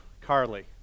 Carly